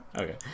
okay